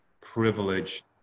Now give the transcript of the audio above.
privilege